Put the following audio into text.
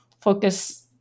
focus